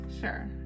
sure